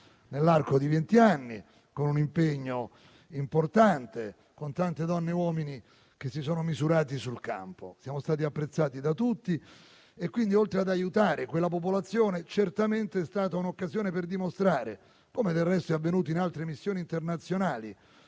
nell'arco di venti anni, con un impegno importante, con tante donne e uomini che si sono misurati sul campo. Siamo stati apprezzati da tutti e, quindi, oltre ad aiutare quella popolazione, certamente tale missione è stata un'occasione per dimostrare, come del resto è avvenuto in altre missioni internazionali,